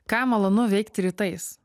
ką malonu veikti rytais